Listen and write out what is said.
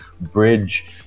bridge